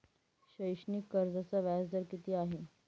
शैक्षणिक कर्जाचा व्याजदर किती आहे?